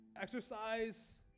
exercise